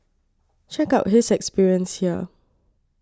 check out his experience here